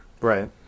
Right